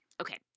Okay